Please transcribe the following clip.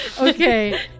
Okay